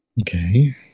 okay